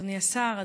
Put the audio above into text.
אדוני השר,